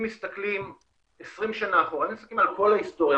אם מסתכלים על כל ההיסטוריה,